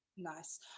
nice